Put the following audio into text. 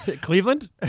Cleveland